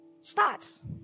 starts